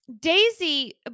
Daisy